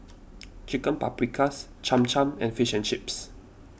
Chicken Paprikas Cham Cham and Fish and Chips